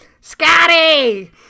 Scotty